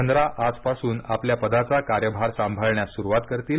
चंद्रा आजपासून आपल्या पदाचा कार्यभार सांभाळण्यास सुरुवात करतील